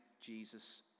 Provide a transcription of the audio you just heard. Jesus